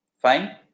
fine